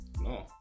no